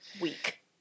week